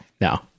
No